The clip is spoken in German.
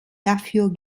dafür